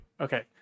Okay